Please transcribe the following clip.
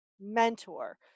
mentor